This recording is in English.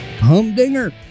Humdinger